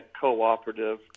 cooperative